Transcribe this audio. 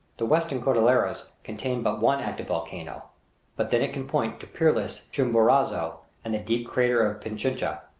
the western cordillera contains but one active volcano but then it can point to peerless chimborazo and the deep crater of pichincha.